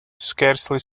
scarcely